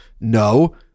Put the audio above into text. No